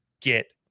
get